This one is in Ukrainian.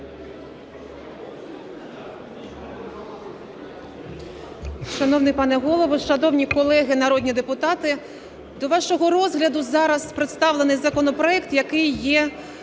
Шановний пане Голово, шановні колеги народні депутати! До вашого розгляду зараз представлений законопроект, який є